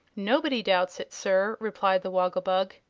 nobody doubts it, sir, replied the woggle-bug,